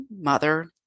mother